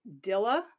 Dilla